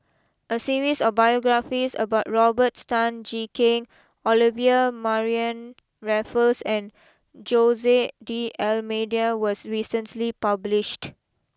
a series of biographies about Robert Tan Jee Keng Olivia Mariamne Raffles and Jose D Almeida was recently published